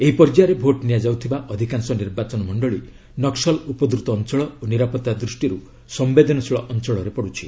ଏହି ପର୍ଯ୍ୟାୟରେ ଭୋଟ୍ ନିଆଯାଉଥିବା ଅଧିକାଂଶ ନିର୍ବାଚନ ମଣ୍ଡଳୀ ନକ୍କଲ ଉପଦ୍ରତ ଅଞ୍ଚଳ ଓ ନିରାପତ୍ତା ଦୃଷ୍ଟିରୁ ସମ୍ଭେଦନଶୀଳ ଅଞ୍ଚଳରେ ପଡ଼ୁଛି